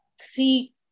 See